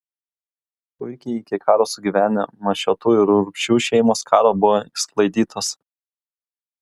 puikiai iki karo sugyvenę mašiotų ir urbšių šeimos karo buvo išsklaidytos